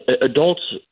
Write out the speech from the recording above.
adults